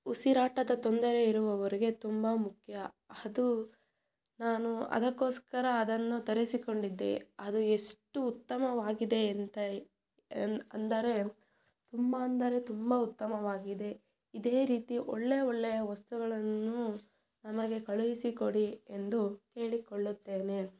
ಉಸಿರಾಟದ ತೊಂದರೆ ಇರುವವರಿಗೆ ತುಂಬ ಮುಖ್ಯ ಅದು ನಾನು ಅದಕ್ಕೋಸ್ಕರ ಅದನ್ನು ತರಿಸಿಕೊಂಡಿದ್ದೆ ಅದು ಎಷ್ಟು ಉತ್ತಮವಾಗಿದೆ ಅಂತ ಎಂದು ಅಂದರೆ ತುಂಬ ಅಂದರೆ ತುಂಬ ಉತ್ತಮವಾಗಿದೆ ಇದೇ ರೀತಿ ಒಳ್ಳೆಯ ಒಳ್ಳೆಯ ವಸ್ತುಗಳನ್ನು ನಮಗೆ ಕಳುಹಿಸಿಕೊಡಿ ಎಂದು ಕೇಳಿಕೊಳ್ಳುತ್ತೇನೆ